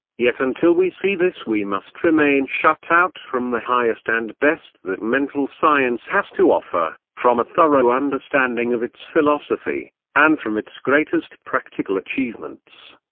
yet until we see this we must remain shut out from the highest and best that mental science has to offer, from a thorough understanding of its philosophy, and from its greatest practical achievements.